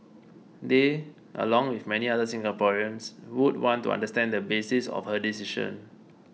they along with many other Singaporeans would want to understand the basis of her decision